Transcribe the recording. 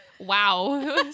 wow